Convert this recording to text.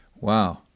Wow